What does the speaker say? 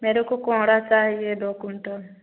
मेरे को कोहड़ा चाहिए दो क्विंटल